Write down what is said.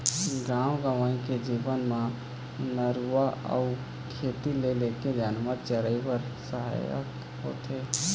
गाँव गंवई के जीवन म नरूवा ह खेती ले लेके जानवर, चिरई बर सहायक होथे